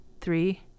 Three